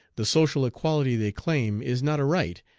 the social equality they claim is not a right,